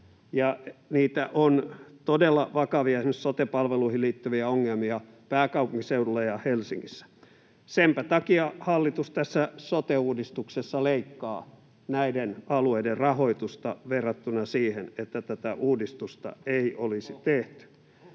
niitä on todella vakavia, esimerkiksi sote-palveluihin liittyviä ongelmia pääkaupunkiseudulla ja Helsingissä. Senpä takia hallitus tässä sote-uudistuksessa leikkaa näiden alueiden rahoitusta verrattuna siihen, että tätä uudistusta ei olisi tehty.